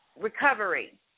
recovery